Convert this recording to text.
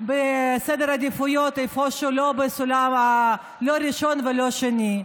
איפשהו בסדר העדיפויות, לא במקום ראשון ולא שני,